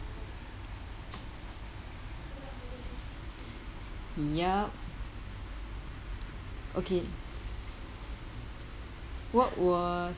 yup okay what was